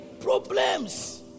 Problems